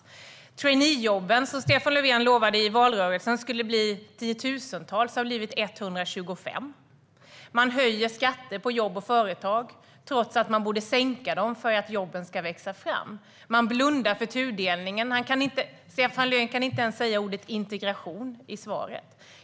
Av traineejobben, som Stefan Löfven i valrörelsen lovade att det skulle bli tiotusentals av, har det blivit 125 jobb. Man höjer skatter på jobb och företag, trots att man borde sänka dem för att jobben ska växa fram. Man blundar för tudelningen, och Stefan Löfven kan inte ens säga ordet "integration" i svaret.